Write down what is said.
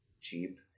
cheap